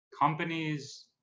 companies